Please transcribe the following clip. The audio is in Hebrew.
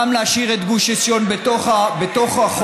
גם להשאיר את גוש עציון בתוך החומה,